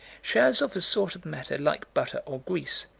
showers of a sort of matter like butter or grease.